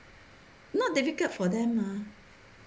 not difficult for them mah